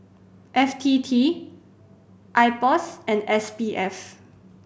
F T T IPOS and S P F